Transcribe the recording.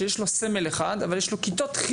שיש לו סמל אחד אבל יש לו כיתות מלאות,